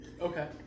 Okay